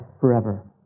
forever